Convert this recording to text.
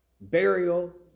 burial